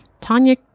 tanya